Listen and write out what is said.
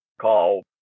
call